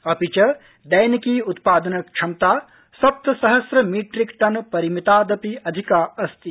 अपि च दस्क्री उत्पादन क्षमता सप्तसहस्र मीट्रिकटन परिमितादपि अधिका अस्ति